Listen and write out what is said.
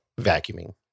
vacuuming